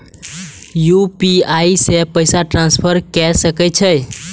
UPI से पैसा transfer की सके छी?